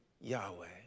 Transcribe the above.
Yahweh